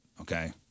okay